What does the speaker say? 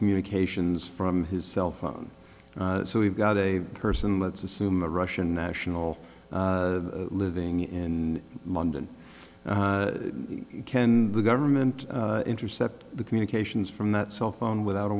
communications from his cell phone so we've got a person let's assume a russian national living in london can the government intercept the communications from that cell phone without a